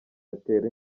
yatera